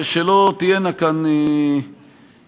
ושלא תהיינה כאן אי-הבנות,